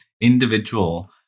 individual